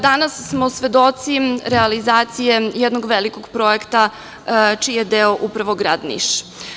Danas smo svedoci realizacije jednog velikog projekta čiji je deo upravo grad Niš.